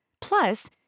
Plus